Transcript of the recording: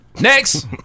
Next